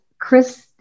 chris